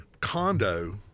condo